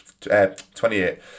28